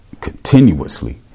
continuously